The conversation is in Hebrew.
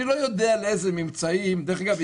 אני לא יודע לאיזה ממצאים דרך אגב,